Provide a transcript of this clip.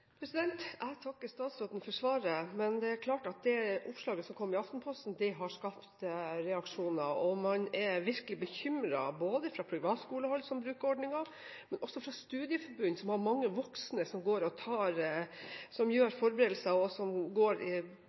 Jeg takker statsråden for svaret, men det er klart at det oppslaget som kom i Aftenposten, har skapt reaksjoner. Man er virkelig bekymret, både fra privatskolehold, som bruker ordningen, og også fra studieforbund, som har mange voksne som av ulike årsaker må ta en ny utdanning og som